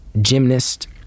gymnast